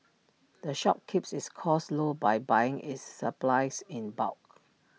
the shop keeps its costs low by buying its supplies in bulk